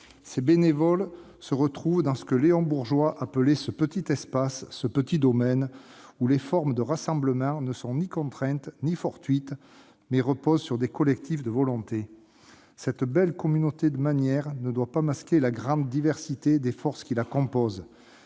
Ces bénévoles se retrouvent dans ce que Léon Bourgeois appelait « ce petit espace »,« ce petit domaine », où les formes de rassemblement ne sont ni contraintes ni fortuites, mais reposent sur des collectifs de volontés. Cette belle communauté de manière ne doit pas masquer la grande diversité des forces qui la composent